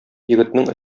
егетнең